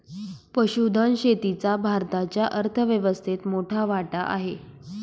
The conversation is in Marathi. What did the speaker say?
पशुधन शेतीचा भारताच्या अर्थव्यवस्थेत मोठा वाटा आहे